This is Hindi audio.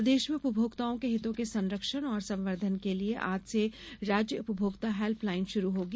प्रदेश में उपभोक्ताओं के हितों के संरक्षण और संवर्धन के लिए आज से राज्य उपभोक्ता हेल्पलाइन श्रू होगी